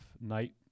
night